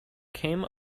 came